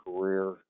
career